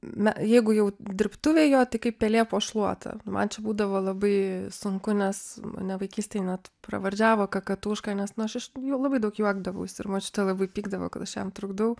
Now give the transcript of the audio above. na jeigu jau dirbtuvėj jo tai kaip pelė po šluota man čia būdavo labai sunku nes mane vaikystėj net pravardžiavo kakatuška nes nu aš iš jau labai daug juokdavausi ir močiutė labai pykdavo kad aš jam trukdau